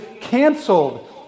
canceled